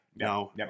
No